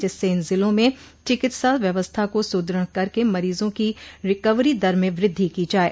जिससे इन जिलो में चिकित्सा व्यवस्था को सुदृढ़ करके मरीजों की रिकवरी दर में वद्धि की जाये